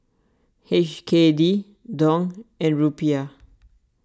H K D Dong and Rupiah